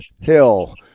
hill